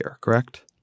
correct